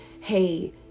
hey